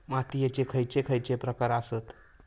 मातीयेचे खैचे खैचे प्रकार आसत?